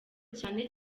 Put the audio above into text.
cyane